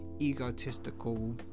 egotistical